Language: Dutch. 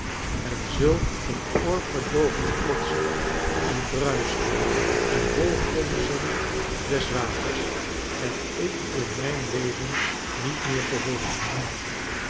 en zulk een oorverdoovend klotsen en bruisen en hoi gonzen des waters hebikinmijnleven niet meer gehoord